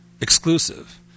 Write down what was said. exclusive